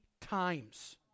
times